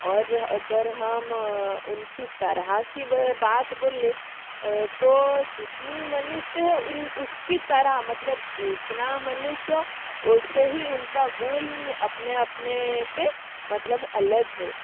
और अगर हम उनकी तरह की बात बोलें तो जितने मनुष्य हे उन उसकी तरह मतलब जितना मनुष्य उस से ही उनका गुण अपने अपने से मतलब अलग हे